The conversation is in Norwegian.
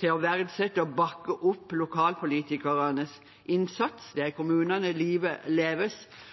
til å verdsette og bakke opp lokalpolitikernes innsats. Det er i kommunene livet leves,